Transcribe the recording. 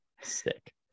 sick